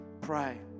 Pray